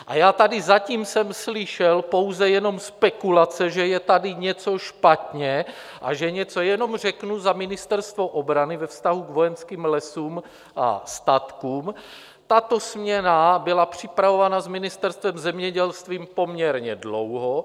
A já tady zatím jsem slyšel pouze jenom spekulace, že je tady něco špatně, a že něco jenom řeknu za Ministerstvo obrany ve vztahu k Vojenským lesům a statkům: tato směna byla připravována s Ministerstvem zemědělství poměrně dlouho.